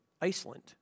Iceland